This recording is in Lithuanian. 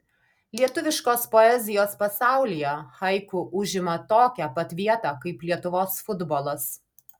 lietuviškos poezijos pasaulyje haiku užima tokią pat vietą kaip lietuvos futbolas